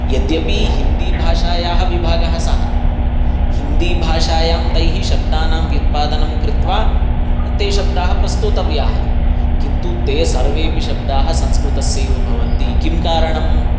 यद्यपि हिन्दीभाषायाः विभागः सः हिन्दीभाषायां तैः शब्दानां व्युत्पादनं कृत्वा ते शब्दाः प्रस्तुतव्याः किन्तु ते सर्वेऽपि शब्दाः संस्कृतस्यैव भवन्ति किं कारणम्